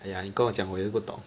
!aiya! 你跟我讲我也是不懂